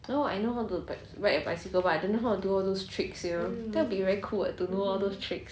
I know how to like ride a bicycle but I don't know how to do all those tricks you know that would be very cool [what] to know all those tricks